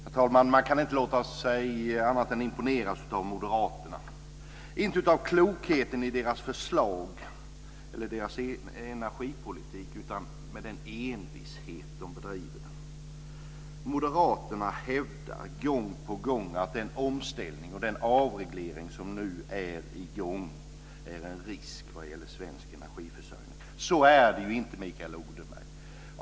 Herr talman! Man kan inte annat än låta sig imponeras av moderaterna, inte av klokheten i deras förslag eller deras energipolitik utan av den envishet med vilken de bedriver sin politik. Moderaterna hävdar gång på gång att den omställning och den avreglering som nu är i gång är en risk vad gäller svensk energiförsörjning. Så är det inte, Mikael Odenberg.